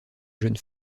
jeunes